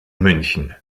münchen